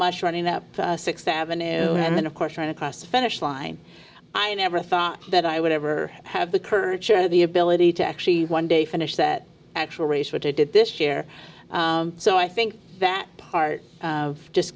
much running up th avenue and then of course trying to cross the finish line i never thought that i would ever have the courage to have the ability to actually one day finish that actual race which i did this year so i think that part of just